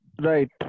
Right